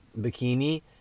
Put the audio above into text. bikini